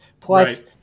plus